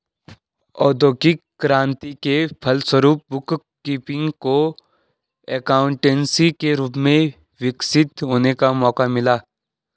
औद्योगिक क्रांति के फलस्वरूप बुक कीपिंग को एकाउंटेंसी के रूप में विकसित होने का मौका मिला